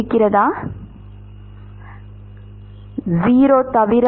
மாணவர் தவிர